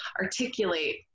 articulate